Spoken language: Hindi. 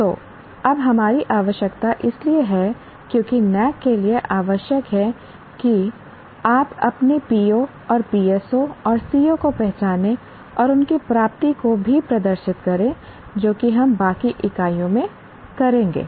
तो अब हमारी आवश्यकता इसलिए है क्योंकि NAAC के लिए आवश्यक है कि आप अपने PO और PSO और CO को पहचानें और उनकी प्राप्ति को भी प्रदर्शित करें जो कि हम बाकी इकाइयों में करेंगे